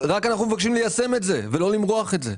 רק אנחנו מבקשים ליישם את זה ולא למרוח את זה.